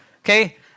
okay